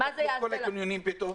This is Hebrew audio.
איך פתחו את כל הקניונים פתאום?